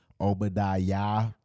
Obadiah